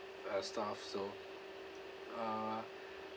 uh stuff so uh